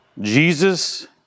Jesus